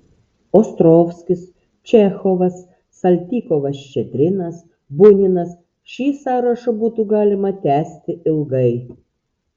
ostrovskis čechovas saltykovas ščedrinas buninas šį sąrašą būtų galima tęsti ilgai